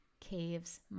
Caves